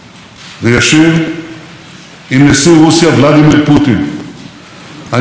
אני מחשיב מאוד את יחסי הידידות וההערכה ההדדית בינינו.